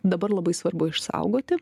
dabar labai svarbu išsaugoti